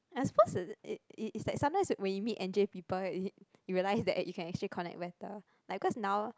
I suppose it it it's like sometimes when you meet N_J people you realise that you can actually connect better like cause now